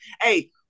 Hey